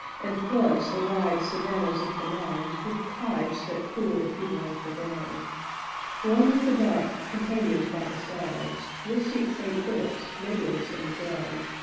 and floods the wide savannas of the mind with tides that cool the fever of the day one with the dark, companioned by the stars, we'll seek st. philip's, nebulous and gray,